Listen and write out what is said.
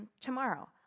tomorrow